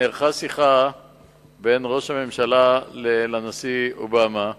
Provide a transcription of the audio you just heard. נערכה שיחה בין ראש הממשלה לנשיא אובמה,